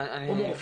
או מורפיום.